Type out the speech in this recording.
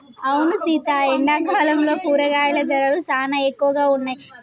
అవును సీత ఎండాకాలంలో కూరగాయల ధరలు సానా ఎక్కువగా ఉన్నాయి